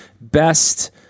best